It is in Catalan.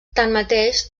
tanmateix